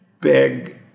big